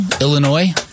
Illinois